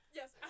Yes